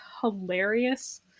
hilarious